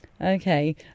Okay